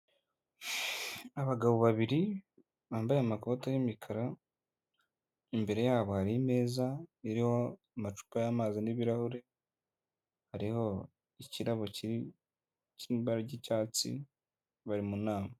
Abagabo babiri bambaye amakoti y'imikara, imbere yabo hari imeza iriho amacupa y'amazi n'ibirahure, hariho ikirabo kiri mu ibara ry'icyatsi, bari mu nama.